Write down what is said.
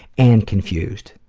and confused.